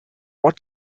what